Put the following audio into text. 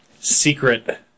secret